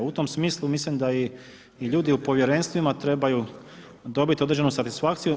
U tom smislu, mislim da i ljudi u povjerenstvima trebaju dobiti određenu statisfakciju.